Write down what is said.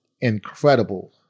incredible